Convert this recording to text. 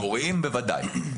מורים בוודאי,